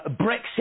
Brexit